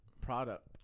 product